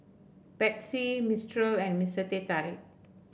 Betsy Mistral and Mister Teh Tarik